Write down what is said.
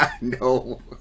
No